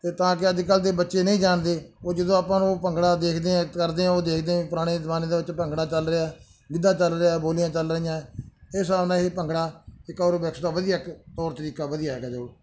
ਅਤੇ ਤਾਂ ਕਿ ਅੱਜ ਕੱਲ੍ਹ ਦੇ ਬੱਚੇ ਨਹੀਂ ਜਾਣਦੇ ਉਹ ਜਦੋਂ ਆਪਾਂ ਨੂੰ ਭੰਗੜਾ ਦੇਖਦੇ ਆ ਕਰਦੇ ਆ ਉਹ ਦੇਖਦੇ ਆ ਪੁਰਾਣੇ ਜ਼ਮਾਨੇ ਦੇ ਵਿੱਚ ਭੰਗੜਾ ਚੱਲ ਰਿਹਾ ਗਿੱਧਾ ਚੱਲ ਰਿਹਾ ਬੋਲੀਆਂ ਚੱਲ ਰਹੀਆਂ ਇਹ ਹਿਸਾਬ ਨਾਲ ਇਹ ਭੰਗੜਾ ਇੱਕ ਔਰਬਿਕਸ ਦਾ ਵਧੀਆ ਤੌਰ ਤਰੀਕਾ ਵਧੀਆ ਹੈਗਾ ਜੋ